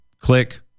click